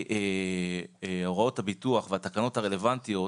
הוראות הביטוח והתקנות הרלוונטיות,